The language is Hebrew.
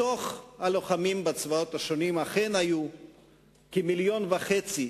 בתוך הלוחמים בצבאות השונים אכן היו כמיליון וחצי,